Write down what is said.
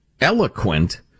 eloquent